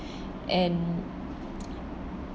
and